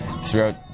throughout